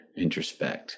introspect